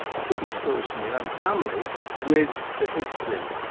including stories from your own family with the history.